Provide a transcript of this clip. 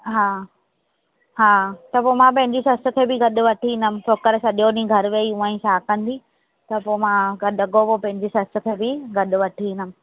हा हा त पोइ मां पंहिंजी सस खे बि गॾु वठी ईंदमि छोकिरी सॼो ॾींहुं घरु वेही हूअं ई छा कंदी त पोइ मां गॾु अॻोपो पंहिंजी सस खे बि गॾु वठी ईंदमि